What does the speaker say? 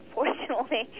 unfortunately